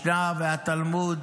והמשנה והתלמוד,